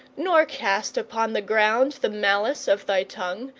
nor cast upon the ground the malice of thy tongue,